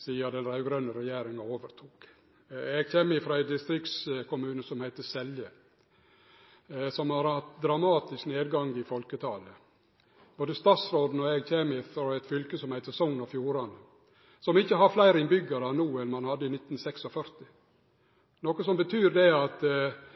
sidan den raud-grøne regjeringa overtok. Eg kjem frå ein distriktskommune som heiter Selje, som har hatt ein dramatisk nedgang i folketalet. Både statsråden og eg kjem frå Sogn og Fjordane, som ikkje har fleire innbyggjarar no enn i 1946. Det betyr at det har flytta ut like mange folk som